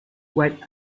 what